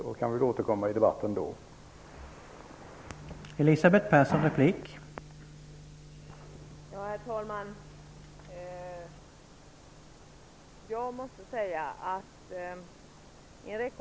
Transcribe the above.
Då kan vi återkomma till denna debatt.